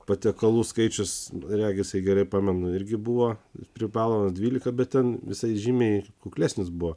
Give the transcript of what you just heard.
patiekalų skaičius regisjei gerai pamenu irgi buvo privalomas dvylika bet ten visai žymiai kuklesnis buvo